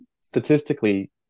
statistically